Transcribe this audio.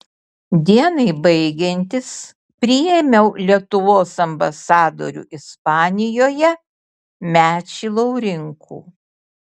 dienai baigiantis priėmiau lietuvos ambasadorių ispanijoje mečį laurinkų